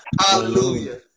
Hallelujah